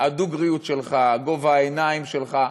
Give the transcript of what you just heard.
הדוגריות שלך, גובה העיניים שלך,